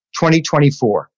2024